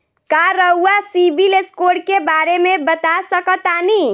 का रउआ सिबिल स्कोर के बारे में बता सकतानी?